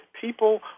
people